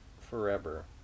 forever